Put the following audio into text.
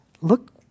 Look